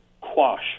quash